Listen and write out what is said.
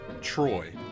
Troy